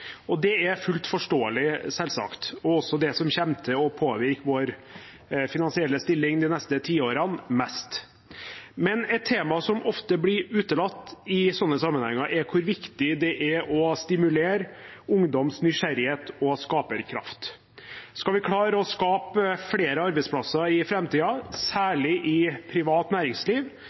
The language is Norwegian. Det er selvsagt fullt forståelig og også det som kommer til å påvirke vår finansielle stilling mest de neste tiårene. Men et tema som ofte blir utelatt i sånne sammenhenger, er hvor viktig det er å stimulere ungdoms nysgjerrighet og skaperkraft. Skal vi klare å skape flere arbeidsplasser i framtiden, særlig i privat næringsliv,